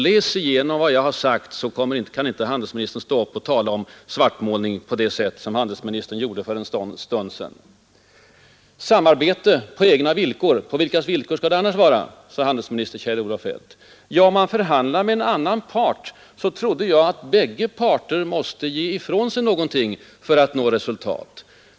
Läs igenom vad ja svartmålning på det sätt som handelsministern gjorde för en stund sedan har sagt! Då kan inte handelsministern stå upp och tala om Samarbete ”på egna villkor” — på vilkas villkor skulle det annars vara? undrade handelsminister Kjell-Olof Feldt. Jag trodde att när man förhandlade måste bägge parter ge ifrån sig någonting för att uppnå resultat.